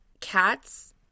cats